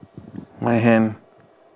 my hand